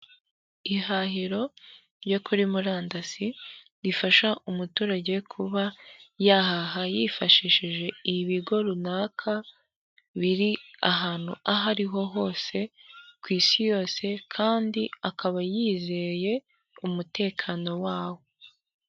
Ihahiro ryo kuri murandasi rifasha umuturage kuba yahaha yifashishije ibigo runaka, biri ahantu aho ariho hose ku isi yose, kandi akaba yizeye umutekano waho.